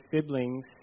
siblings